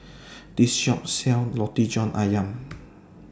This Shop sells Roti John Ayam